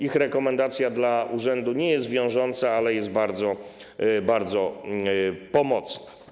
Ich rekomendacja dla urzędu nie jest wiążąca, ale jest bardzo pomocna.